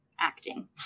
acting